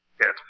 Yes